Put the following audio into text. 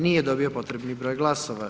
Nije dobio potrebni broj glasova.